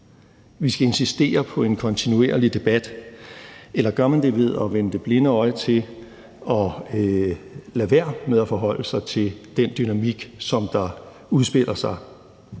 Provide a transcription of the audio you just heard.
ved at insistere på en kontinuerlig debat? Eller gør man det ved at vende det blinde øje til og lade være med at forholde sig den dynamik, som udspiller sig?